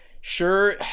sure